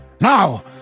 now